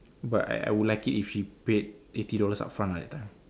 but I I would like it if she paid eighty dollars upfront ah that time